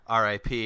RIP